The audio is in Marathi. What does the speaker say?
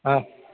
हां